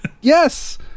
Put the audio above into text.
yes